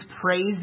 praise